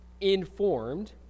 informed